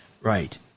Right